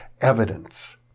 evidence